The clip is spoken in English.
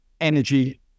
energy